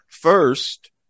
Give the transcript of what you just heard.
first